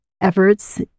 efforts